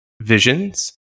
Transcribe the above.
Visions